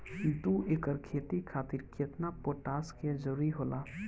दु एकड़ खेती खातिर केतना पोटाश के जरूरी होला?